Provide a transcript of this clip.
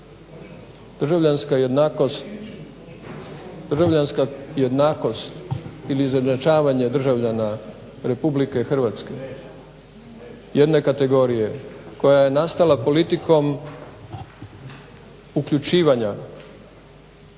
Državljanska jednakost ili izjednačavanje državljana RH jedne kategorije koja je nastala politikom uključivanja